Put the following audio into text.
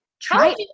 try